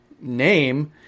name